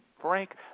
Frank